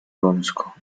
wąsko